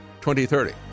2030